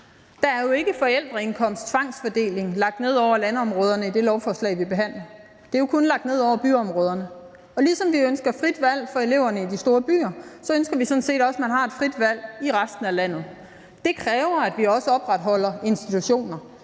Der er jo ikke forældreindkomsttvangsfordeling lagt ned over landområderne i det lovforslag, vi behandler; det er jo kun lagt ned over byområderne. Og ligesom vi ønsker frit valg for eleverne i de store byer, ønsker vi sådan set også, at man har et frit valg i resten af landet. Det kræver, at vi også opretholder institutioner